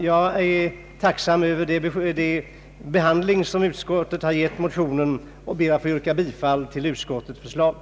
Jag är tacksam för den behandling som utskottet har givit motionen och ber att få yrka bifall till utskottets hemställan.